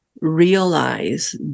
realize